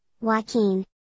Joaquin